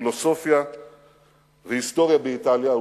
פילוסופיה והיסטוריה באיטליה.